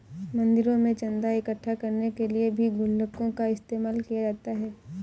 मंदिरों में चन्दा इकट्ठा करने के लिए भी गुल्लकों का इस्तेमाल किया जाता है